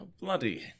bloody